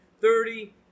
thirty